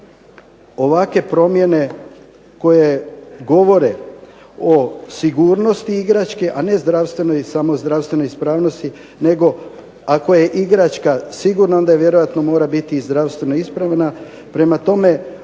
ovakve promjene koje govore o sigurnosti igračke a ne samo zdravstvenoj ispravnosti nego ako je igračka sigurna onda vjerojatno mora biti i zdravstveno ispravna. Prema tome,